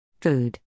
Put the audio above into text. Food